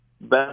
best